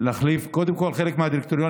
קודם כול, חלק מהדירקטורים